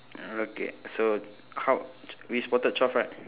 okay so how we spotted twelve right